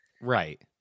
Right